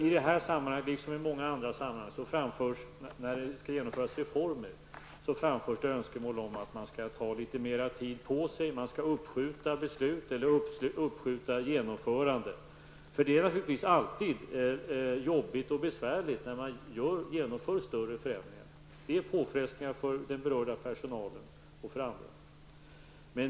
I detta sammanhang, liksom i många andra sammanhang när det skall genomföras reformer, framförs önskemål om att man skall ta litet mer tid på sig, skjuta upp beslut eller skjuta upp genomförandet. Det är naturligtvis alltid jobbigt och besvärligt när man genomför större förändringar. Det innebär påfrestningar för den berörda personalen och för andra.